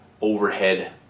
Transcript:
overhead